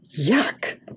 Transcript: Yuck